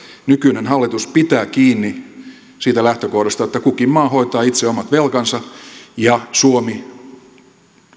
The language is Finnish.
nykyinen hallitus pitää kiinni siitä lähtökohdasta että kukin maa hoitaa itse omat velkansa ja suomi